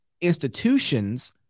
institutions